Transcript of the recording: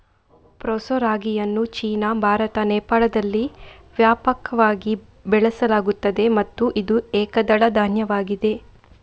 proso ರಾಗಿಯನ್ನು China, Bharat, ನೇಪಾಳದಲ್ಲಿ ವ್ಯಾಪಕವಾಗಿ ಬೆಳೆಸಲಾಗುತ್ತದೆ ಮತ್ತು ಇದು ಏಕದಳ ಧಾನ್ಯವಾಗಿದೆ